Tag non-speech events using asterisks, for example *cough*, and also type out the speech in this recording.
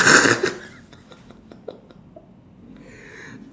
*laughs*